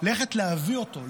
ללכת להביא אותו,